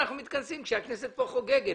אנחנו מתכנסים ביום שהכנסת חוגגת.